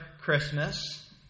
Christmas